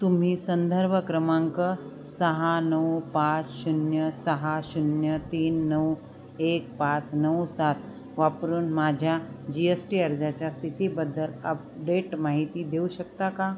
तुम्ही संदर्भ क्रमांक सहा नऊ पाच शून्य सहा शून्य तीन नऊ एक पाच नऊ सात वापरून माझ्या जी एस टि अर्जाच्या स्थितीबद्दल आपडेट माहिती देऊ शकता का